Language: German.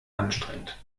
anstrengend